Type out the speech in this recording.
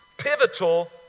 Pivotal